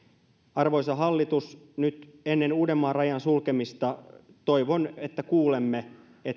arvoisa hallitus nyt ennen uudenmaan rajan sulkemista toivon että kuulemme